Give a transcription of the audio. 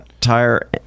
tire